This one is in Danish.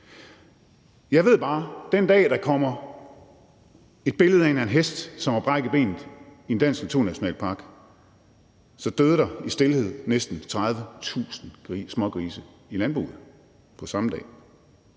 Jeg ved bare, at den dag, der kommer et billede ind af en hest, som har brækket benet i en dansk naturnationalpark, så dør der i stilhed næsten 30.000 smågrise i landbruget på samme dag